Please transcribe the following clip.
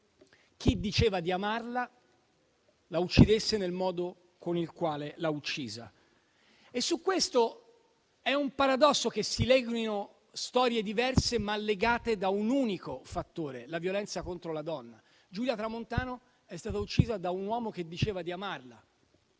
chi diceva di amarla la uccidesse nel modo con il quale l'ha uccisa. È un paradosso che si leggano storie diverse, legate però da un unico fattore: la violenza contro la donna. Giulia Tramontano è stata uccisa da un uomo che diceva di amarla,